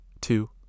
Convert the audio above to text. two